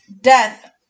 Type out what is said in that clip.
death